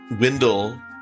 Wendell